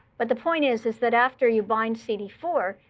but the point is, is that after you bind c d four,